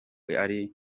ari